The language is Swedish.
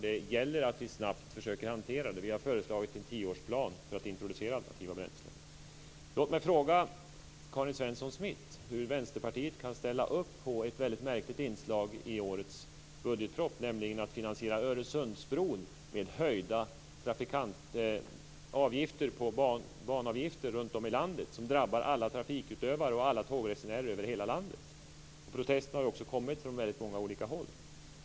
Det gäller att vi snabbt försöker hantera dem. Vi har föreslagit en tioårsplan för att introducera alternativa bränslen. Låt mig fråga Karin Svensson Smith hur Vänsterpartiet kan ställa sig bakom ett väldigt märkligt inslag i årets budgetproposition, nämligen finansiering av Protester har också kommit från många olika håll.